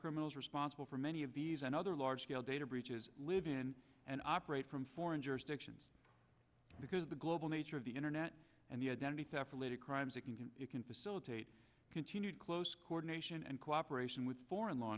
criminals responsible for many of these and other large scale data breaches live in and operate from foreign jurisdictions because of the global nature of the internet and the identity theft related crimes that it can facilitate continued close coordination and cooperation with foreign law